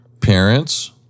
Parents